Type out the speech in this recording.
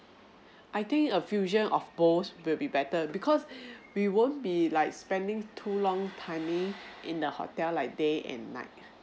I think a fusion of both would be better because we won't be like spending too long timing in the hotel like day and night